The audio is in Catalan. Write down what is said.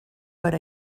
per